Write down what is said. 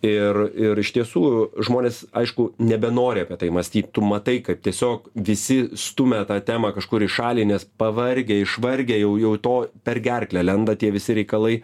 ir ir iš tiesų žmonės aišku nebenori apie tai mąstyt tu matai kad tiesiog visi stumia tą temą kažkur į šalį nes pavargę išvargę jau jau to per gerklę lenda tie visi reikalai